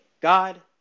God